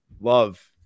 love